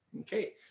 Okay